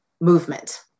movement